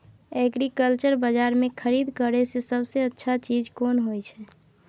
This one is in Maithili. एग्रीकल्चर बाजार में खरीद करे से सबसे अच्छा चीज कोन होय छै?